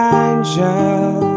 angel